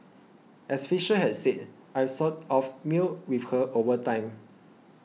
as Fisher had said I've sort of melded with her over time